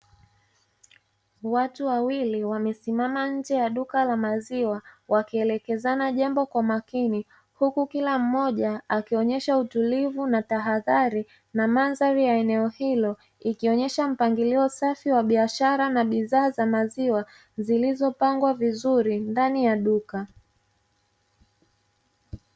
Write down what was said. Watu wawili wamesimama nje ya duka la maziwa, wakielekezana jambo kwa makini; huku kila mmoja akionyesha utulivu na tahadhari, na mandhari ya eneo hilo ikionyesha mpangilio safi wa biashara na bidhaa za maziwa; zilizopangwa vizuri ndani ya duka.